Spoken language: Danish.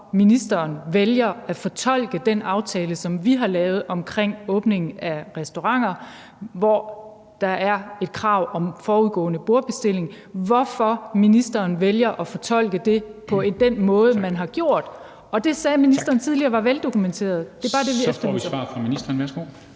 for, at ministeren vælger at fortolke den aftale, som vi har lavet om åbningen af restauranter, og hvor der er et krav om forudgående bordbestilling, på den måde, man har gjort det. Det sagde ministeren tidligere var veldokumenteret. Det er bare en begrundelse